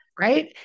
right